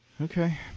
Okay